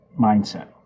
mindset